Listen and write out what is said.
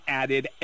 added